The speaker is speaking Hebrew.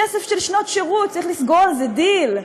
כסף של שנות שירות, צריך לסגור על זה דיל?